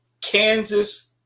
Kansas